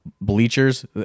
bleachers